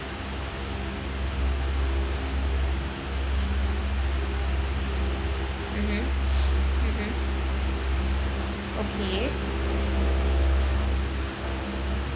mmhmm mmhmm okay